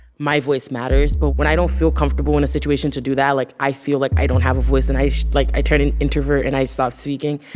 my voice matters. but when i don't feel comfortable in a situation to do that, like, i feel like i don't have a voice. and i so like, i turn introvert. and i stop speaking.